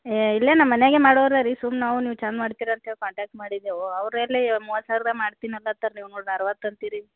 ಏಯ್ ಇಲ್ಲೇ ನಮ್ಮ ಮನೇಗೆ ಮಾಡೋರು ರೀ ಸುಮ್ನೆ ನಾವು ನೀವು ಚೆಂದ ಮಾಡ್ತೀರಂತ ಹೇಳಿ ಕಾಂಟ್ಯಾಕ್ಟ್ ಮಾಡಿದ್ದೆವು ಅವರೆಲ್ಲ ಮೂವತ್ತು ಸಾವಿರದಾಗೆ ಮಾಡ್ತೀನಿ ಅಂದು ಅತ್ತಾರ್ ನೀವು ನೋಡ್ರಿ ಅರುವತ್ತು ಅಂತೀರಿ